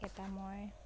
এটা মই